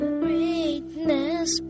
greatness